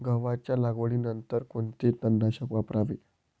गव्हाच्या लागवडीनंतर कोणते तणनाशक वापरावे?